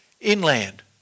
inland